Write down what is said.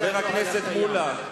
חבר הכנסת מולה,